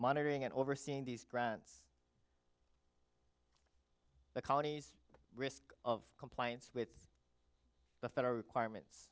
monitoring and overseeing these grants the colonies risk of compliance with the federal requirements